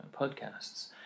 podcasts